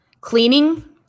Cleaning